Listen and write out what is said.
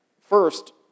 First